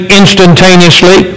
instantaneously